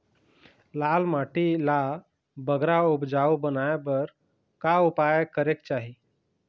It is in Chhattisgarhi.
लाल माटी ला बगरा उपजाऊ बनाए बर का उपाय करेक चाही?